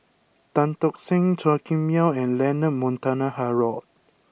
Tan Tock Seng Chua Kim Yeow and Leonard Montague Harrod